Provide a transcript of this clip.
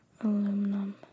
Aluminum